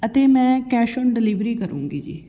ਅਤੇ ਮੈਂ cash on delivery ਕਰੂੰਗੀ ਜੀ